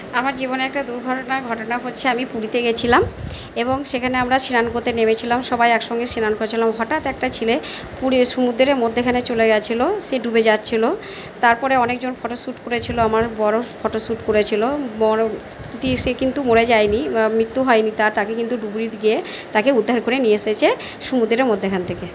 আমার জীবনে একটা দুর্ঘটনা ঘটনা হচ্ছে আমি পুরীতে গেছিলাম এবং সেখানে আমরা স্নান করতে নেমেছিলাম সবাই একসঙ্গে সিনান করছিলাম হঠাৎ একটা ছেলে পুরীর সুমুদ্রের মধ্যেখানে চলে গেছিলো সে ডুবে যাচ্ছিলো তারপরে অনেকজন ফটোশ্যুট করেছিলো আমার বরও ফটোশ্যুট করেছিলো মরো সে কিন্তু মরে যায় নি মৃত্যু হয় নি তার তাকে কিন্তু ডুবুরি গিয়ে তাকে উদ্ধার করে নিয়ে এসেছে সুমুদ্রের মধ্যেখান থেকে